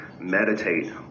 meditate